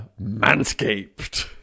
Manscaped